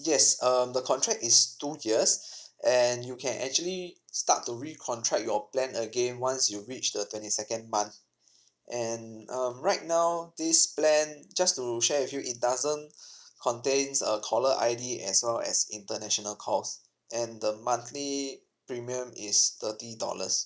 yes um the contract is two years and you can actually start to recontract your plan again once you reach the twenty second month and um right now this plan just to share with you it doesn't contains a caller I_D as well as international calls and the monthly premium is thirty dollars